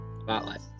Spotlight